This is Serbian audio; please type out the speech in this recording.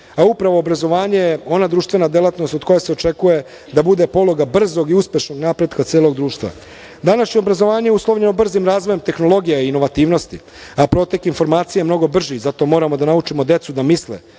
Upravo obrazovanje je ona društvena delatnost od koje se očekuje da bude poluga brzog i uspešnog napretka celog društva. Današnje obrazovanje uslovljeno je brzim razvojem tehnologija i inovativnosti, a protok informacija je mnogo brži i zato moramo da naučimo decu da misle,